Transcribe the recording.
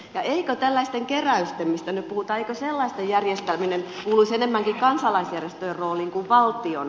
eikö tällaisten keräysten mistä nyt puhutaan järjestäminen kuuluisi enemmänkin kansalaisjärjestöjen rooliin kuin valtion